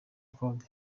claude